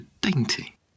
dainty